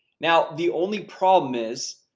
now, the only problem is,